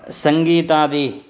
सङ्गीतादि